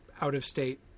out-of-state